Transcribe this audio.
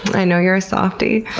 i know, you're a softy.